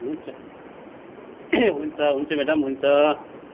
हुन्छ हुन्छ म्याडम हुन्छ